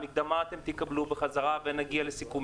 את המקדמה תקבלו חזרה ונגיע לסיכומים.